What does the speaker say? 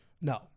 No